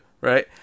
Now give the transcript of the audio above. right